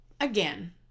again